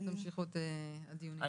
אני